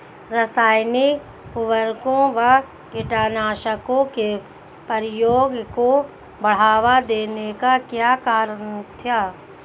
रासायनिक उर्वरकों व कीटनाशकों के प्रयोग को बढ़ावा देने का क्या कारण था?